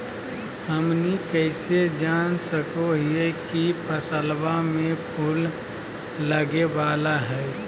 हमनी कइसे जान सको हीयइ की फसलबा में फूल लगे वाला हइ?